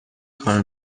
کار